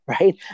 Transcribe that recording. right